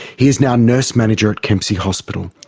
he is now nurse manager at kempsey hospital.